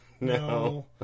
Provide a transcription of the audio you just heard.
No